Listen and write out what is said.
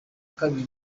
kabiri